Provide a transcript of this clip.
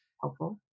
helpful